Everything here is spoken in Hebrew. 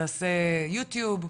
תעשה יוטיוב,